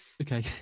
Okay